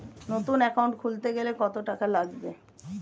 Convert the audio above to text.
নতুন একাউন্ট খুলতে গেলে কত টাকা লাগবে?